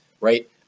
right